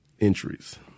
entries